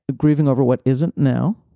grieving over what isn't now